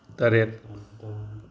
ꯇꯔꯦꯠ